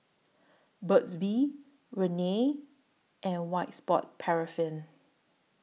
Burt's Bee Rene and White Sport Paraffin